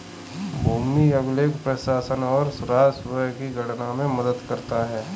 भूमि अभिलेख प्रशासन और राजस्व की गणना में मदद करता है